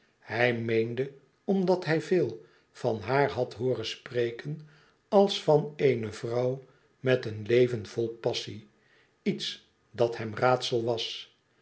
hij meende omdat hij veel van haar had hooren spreken als van eene vrouw met een leven vol passie iets dat hem raadsel was